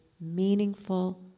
meaningful